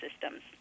systems